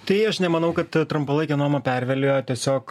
tai aš nemanau kad trumpalaikė nuoma perviliojo tiesiog